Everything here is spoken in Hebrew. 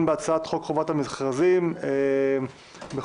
בהצעת חוק חובת המכרזים (תיקון מס' 24,